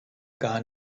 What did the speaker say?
gar